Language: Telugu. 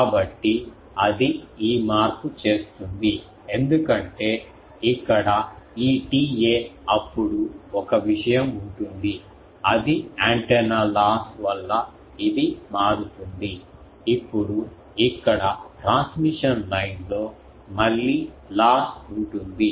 కాబట్టి అది ఈ మార్పు చేస్తుంది ఎందుకంటే ఇక్కడ ఈ TA అప్పుడు ఒక విషయం ఉంటుంది అది యాంటెన్నా లాస్ వల్ల ఇది మారుతుంది ఇప్పుడు ఇక్కడ ట్రాన్స్మిషన్ లైన్ లో మళ్ళీ లాస్ ఉంటుంది